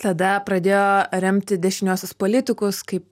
tada pradėjo remti dešiniuosius politikus kaip